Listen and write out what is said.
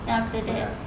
then after that